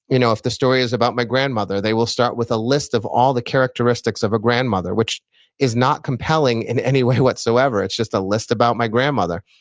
you know if the story is about my grandmother, they will start with a list of all the characteristics of a grandmother, which is not compelling in any way whatsoever. it's just a list about my grandmother.